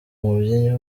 umubyinnyi